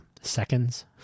seconds